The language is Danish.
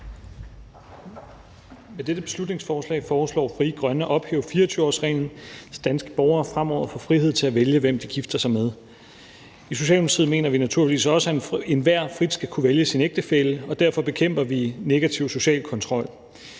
Med dette beslutningsforslag foreslår Frie Grønne at ophæve 24-årsreglen, så danske borgere fremover får frihed til at vælge, hvem de gifter sig med. I Socialdemokratiet mener vi naturligvis også, at enhver frit skal kunne vælge sin ægtefælle, og derfor bekæmper vi negativ social kontrol.